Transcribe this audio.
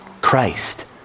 Christ